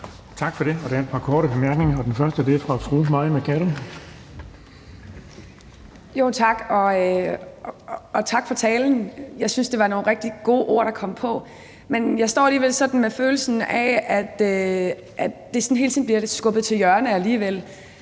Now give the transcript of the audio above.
Tak for det. Der er et par korte bemærkninger, og den første er fra fru Mai Mercado. Kl. 11:24 Mai Mercado (KF): Tak, og tak for talen. Jeg syntes, det var nogle rigtig gode ord, der kom på, men jeg står alligevel sådan med følelsen af, at det hele tiden bliver skudt lidt til hjørne. Altså,